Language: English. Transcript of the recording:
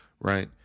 Right